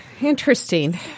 interesting